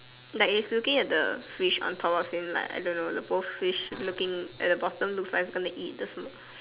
like is looking at the fish on top of him like I don't know the both fish looking at the bottom looks like it's going to eat the small